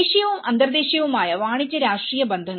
ദേശീയവും അന്തർദേശീയവുമായ വാണിജ്യ രാഷ്ട്രീയ ബന്ധങ്ങൾ